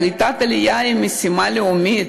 קליטת עלייה היא משימה לאומית,